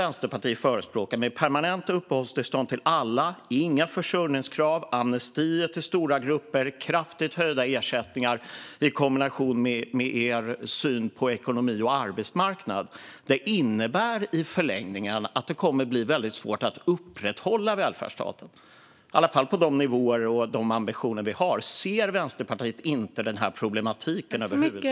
Vänsterpartiet förespråkar permanenta uppehållstillstånd till alla, avsaknad av försörjningskrav, amnestier till stora grupper och kraftigt höjda ersättningar. I kombination med er syn på ekonomi och arbetsmarknad innebär detta i förlängningen att det kommer att bli väldigt svårt att upprätthålla välfärdsstaten, i alla fall på de nivåer och med de ambitioner vi har. Ser Vänsterpartiet inte den här problematiken över huvud taget?